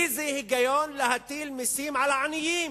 איזה היגיון יש בלהטיל מסים על העניים?